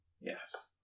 yes